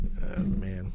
man